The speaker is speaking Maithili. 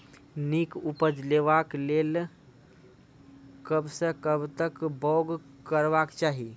नीक उपज लेवाक लेल कबसअ कब तक बौग करबाक चाही?